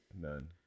None